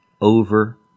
over